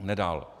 nedal.